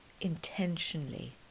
intentionally